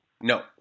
no